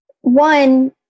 One